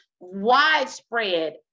widespread